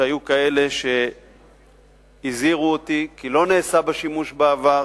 שהיו כאלה שהזהירו אותי כי לא נעשה בה שימוש בעבר,